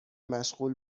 مشغول